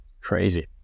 crazy